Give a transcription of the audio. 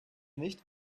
nicht